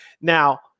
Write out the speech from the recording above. now